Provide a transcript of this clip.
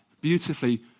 beautifully